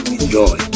enjoy